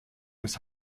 des